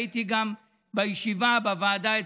הייתי גם בישיבה בוועדה אצלך,